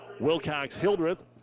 Wilcox-Hildreth